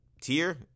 tier